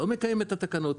לא מקיים את התקנות?